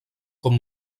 com